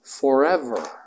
forever